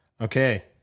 Okay